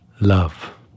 love